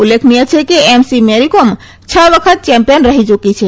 ઉલ્લેખનિય છે કે એમસી મેરીકોમ છ વખત ચેમ્પિયન રહી યુકી છે